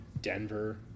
Denver